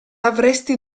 avresti